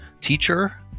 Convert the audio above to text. teacher